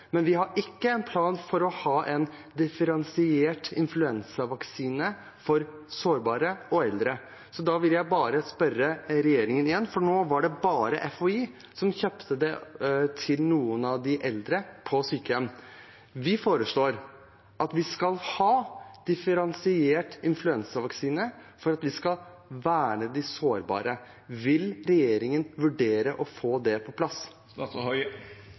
men vi har ikke en plan for å ha en differensiert influensavaksine for sårbare og eldre. Så da vil jeg bare spørre regjeringen igjen, for nå var det bare FHI som kjøpte det til noen av de eldre på sykehjem. Vi foreslår at vi skal ha differensiert influensavaksine for å verne de sårbare. Vil regjeringen vurdere å få det på plass?